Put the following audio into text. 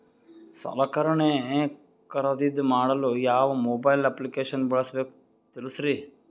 ಸಲಕರಣೆ ಖರದಿದ ಮಾಡಲು ಯಾವ ಮೊಬೈಲ್ ಅಪ್ಲಿಕೇಶನ್ ಬಳಸಬೇಕ ತಿಲ್ಸರಿ?